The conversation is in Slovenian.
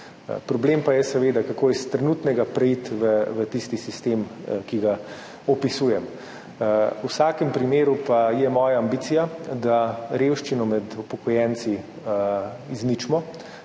Problem pa je seveda, kako iz trenutnega preiti v tisti sistem, ki ga opisujem. V vsakem primeru pa je moja ambicija, da revščino med upokojenci izničimo,